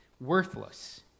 worthless